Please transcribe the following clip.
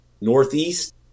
Northeast